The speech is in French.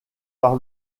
par